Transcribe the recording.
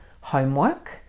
homework